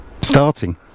starting